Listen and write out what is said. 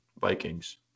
Vikings